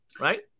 right